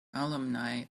alumni